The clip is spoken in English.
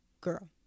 girl